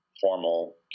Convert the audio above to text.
formal